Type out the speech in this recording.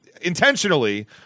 intentionally